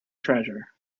treasure